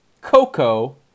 Coco